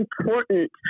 important